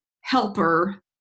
helper